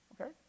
Okay